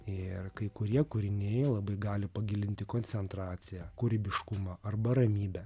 ir kai kurie kūriniai labai gali pagilinti koncentraciją kūrybiškumą arba ramybę